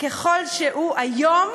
ככל שהוא היום,